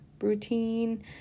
routine